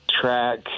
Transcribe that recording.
track